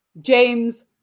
James